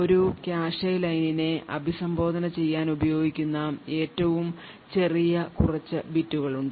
ഒരു കാഷെ ലൈനിനെ അഭിസംബോധന ചെയ്യാൻ ഉപയോഗിക്കുന്ന ഏറ്റവും ചെറിയ കുറച്ച് ബിറ്റുകൾ ഉണ്ട്